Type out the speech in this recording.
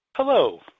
Hello